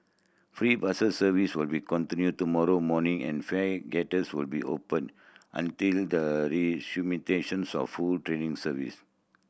free bus service will be continue tomorrow morning and fare will be open until the of full training service